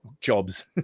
jobs